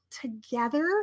together